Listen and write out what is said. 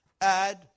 Add